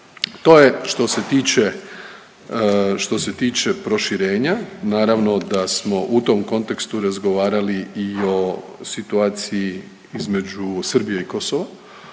tiče, što se tiče proširenja. Naravno da smo u tom kontekstu razgovarali i o situaciji između Srbije i Kosova